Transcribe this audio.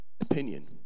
opinion